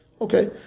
Okay